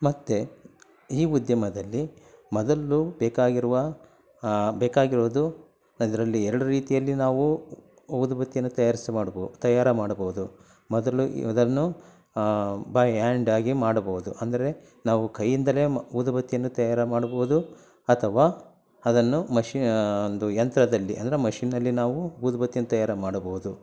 ಮತ್ತು ಈ ಉದ್ಯಮದಲ್ಲಿ ಮೊದಲು ಬೇಕಾಗಿರುವ ಬೇಕಾಗಿರೋದು ಅದರಲ್ಲಿ ಎರಡು ರೀತಿಯಲ್ಲಿ ನಾವು ಊದುಬತ್ತಿಯನ್ನು ತಯಾರಿಸಿ ಮಾಡಬೋ ತಯಾರು ಮಾಡಬೌದು ಮೊದಲು ಇ ಅದನ್ನು ಬೈ ಹ್ಯಾಂಡಾಗಿ ಮಾಡಬೌದು ಅಂದರೆ ನಾವು ಕೈಯಿಂದಲೇ ಮ ಊದುಬತ್ತಿಯನ್ನು ತಯಾರು ಮಾಡಬೋದು ಅಥವಾ ಅದನ್ನು ಮಷಿ ಒಂದು ಯಂತ್ರದಲ್ಲಿ ಅಂದರೆ ಮಷೀನ್ನಲ್ಲಿ ನಾವು ಊದುಬತ್ತಿಯನ್ನ ತಯಾರು ಮಾಡಬೋದು